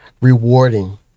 rewarding